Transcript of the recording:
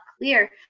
clear